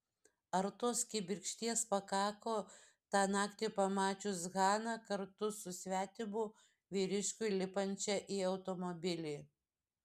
ar tos kibirkšties pakako tą naktį pamačius haną kartu su svetimu vyriškiu lipančią į automobilį